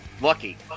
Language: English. Lucky